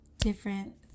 different